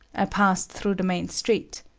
i passed through the main street.